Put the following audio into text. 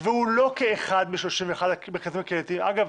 והוא לא כאחד מ-31 המרכזים הקהילתיים אגב,